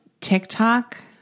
TikTok